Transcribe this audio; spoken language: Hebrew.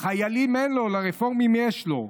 לחיילים אין לו, לרפורמים יש לו.